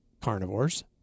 carnivores